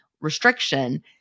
restriction